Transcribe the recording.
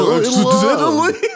accidentally